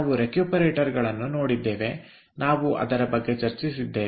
ನಾವು ರೆಕ್ಯೂಪರೇಟರ್ ಗಳನ್ನು ನೋಡಿದ್ದೇವೆ ನಾವು ಅದರ ಬಗ್ಗೆ ಚರ್ಚಿಸಿದ್ದೇನೆ